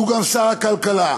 שהוא גם שר הכלכלה,